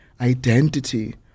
identity